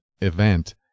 event